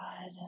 God